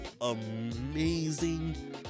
amazing